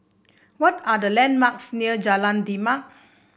what are the landmarks near Jalan Demak